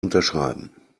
unterschreiben